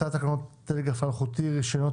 הצעת תקנות הטלגרף האלחוטי (רישיונות,